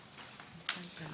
אוהד מארגון עיתים, בבקשה.